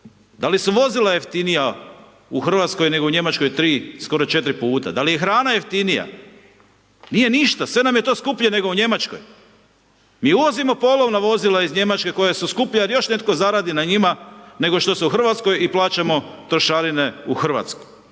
Da li su vozila jeftinija u Hrvatskoj nego u Njemačkoj 3, skoro 4 puta? Da li je hrana jeftinija? Nije ništa. Sve nam je to skuplje nego u Njemačkoj. Mi uvozimo polovna vozila iz Njemačke koja su skuplja jer još netko zaradi na njima nego što se u Hrvatskoj i plaćamo trošarine u Hrvatskoj.